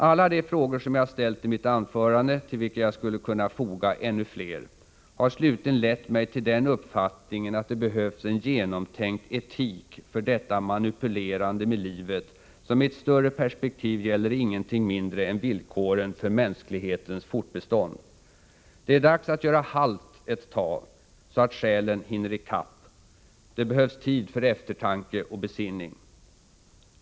Alla de frågor som jag ställt i mitt anförande — till vilka jag skulle kunna foga ännu fler — har slutligen lett mig till den uppfattningen att det behövs en genomtänkt etik för detta manipulerande med livet som i ett större perspektiv gäller ingenting mindre än villkoren för mänsklighetens fortbestånd. Det är dags att göra halt ett tag, så att själen hinner ikapp. Det behövs tid för eftertanke och besinning.